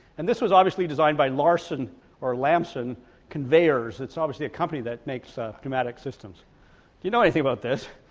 and this was obviously designed by larson or lamson conveyors it's obviously a company that makes pneumatic systems do you know anything about this?